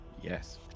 Yes